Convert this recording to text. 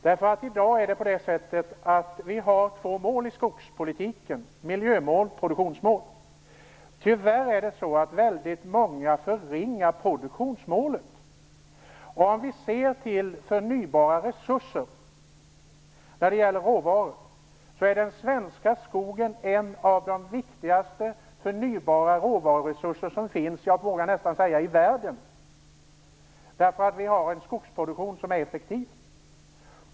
I dag är det två mål som gäller inom skogspolitiken: miljömål och produktionsmål. Men tyvärr är det väldigt många som förringar produktionsmålet. Om man ser till förnybara resurser när det gäller råvaror är den svenska skogen en av de viktigaste förnybara råvaruresurser som finns - jag vågar nästan säga - i världen. Vår skogsproduktion är effektiv.